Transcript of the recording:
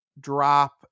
drop